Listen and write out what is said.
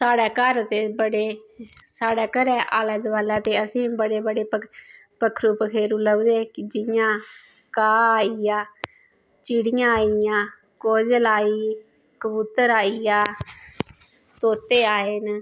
साडे घर ते बड्डे साढ़े घरें दे आले दुआले ते आसेंगी बडे़ पक्खरु पखैरु इक के जियां कां होई गेआ चिड़ियां होई गैइयां कोयल आई कबूतर आई गेआ तोते आई गे